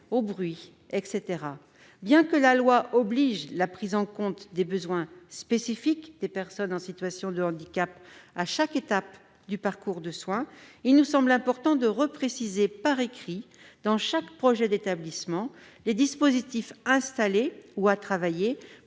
au bruit, etc. Bien que la loi impose la prise en compte des besoins spécifiques des personnes en situation de handicap à chaque étape du parcours de soins, il nous semble important de préciser de nouveau par écrit, dans chaque projet d'établissement, les dispositifs à installer ou à travailler